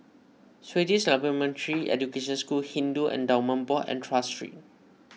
Swedish Supplementary Education School Hindu Endowments Board and Tras Street